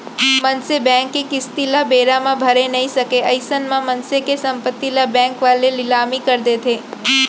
मनसे बेंक के किस्ती ल बेरा म भरे नइ सकय अइसन म मनसे के संपत्ति ल बेंक वाले लिलामी कर देथे